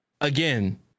Again